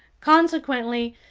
consequently,